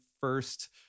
first